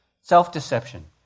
Self-deception